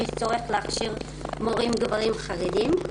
ויש צורך להכשיר מורים גברים חרדים.